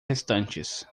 restantes